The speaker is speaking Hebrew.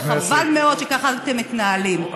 וחבל מאוד שככה אתם מתנהלים.